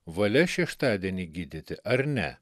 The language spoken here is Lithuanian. valia šeštadienį gydyti ar ne